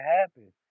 happen